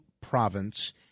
province